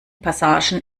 passagen